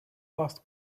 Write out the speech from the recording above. last